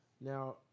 Now